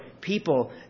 people